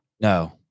No